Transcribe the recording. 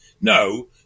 No